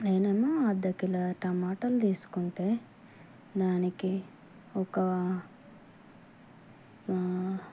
నేను ఏ మో అర్థ కిలో టమాటా తీసుకుంటే దానికి ఒక